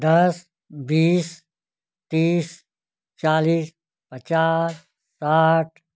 दस बीस तीस चालीस पचास साठ